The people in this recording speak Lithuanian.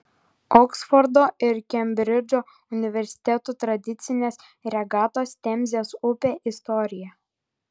oksfordo ir kembridžo universitetų tradicinės regatos temzės upe istorija